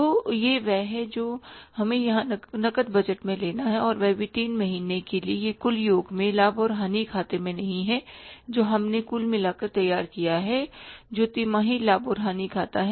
तो यह वह है जो हमें यहां नकद बजट में लेना है और वह भी तीन महीने के लिए यह कुल योग में लाभ और हानि खाते में नहीं है जो हमने कुल मिलाकर तैयार किया है जो तिमाही लाभ और हानि खाता है